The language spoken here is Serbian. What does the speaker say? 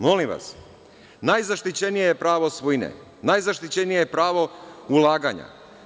Molim vas, najzaštićenije je pravo svojine, najzaštićenije je pravo ulaganja.